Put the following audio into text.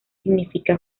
significa